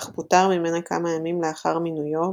אך פוטר ממנה כמה ימים לאחר מינויו,